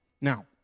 Now